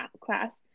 class